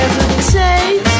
hesitate